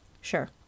Sure